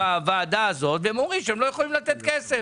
בוועדה הזאת והם אומרים שהם לא יכולים לתת כסף.